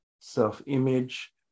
self-image